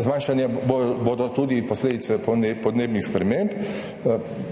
zmanjšane bodo tudi posledice podnebnih sprememb,